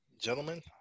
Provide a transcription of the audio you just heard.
Gentlemen